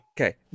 Okay